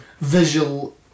Visual